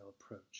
approach